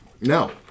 No